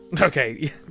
Okay